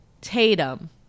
tatum